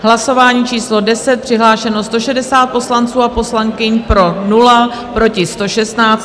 Hlasování číslo 10, přihlášeno 160 poslanců a poslankyň, pro 0, proti 116.